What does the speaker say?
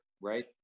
right